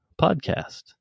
podcast